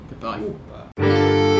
goodbye